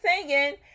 singing